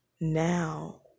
Now